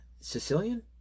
sicilian